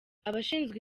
abashinzwe